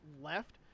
left